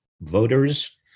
voters